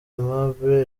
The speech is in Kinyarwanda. aimable